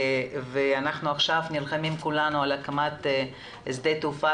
ואנחנו עכשיו נלחמים כולנו על הקמת שדה תעופה